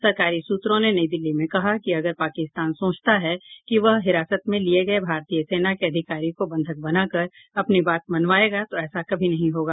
सरकारी सूत्रों ने नई दिल्ली में कहा कि अगर पाकिस्तान सोचता है कि वह हिरासत में लिए गए भारतीय सेना के अधिकारी को बंधक बनाकर अपनी बात मनवायेगा तो ऐसा कभी नहीं होगा